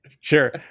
Sure